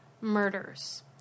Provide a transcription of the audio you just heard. murders